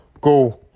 go